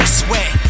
sweat